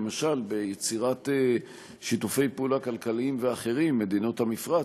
למשל ביצירת שיתופי פעולה כלכליים ואחרים עם מדינות המפרץ,